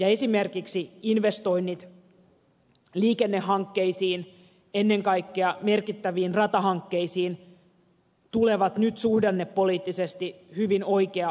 esimerkiksi investoinnit liikennehankkeisiin ennen kaikkea merkittäviin ratahankkeisiin tulevat nyt suhdannepoliittisesti hyvin oikea aikaisesti